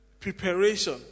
Preparation